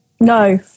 No